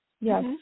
Yes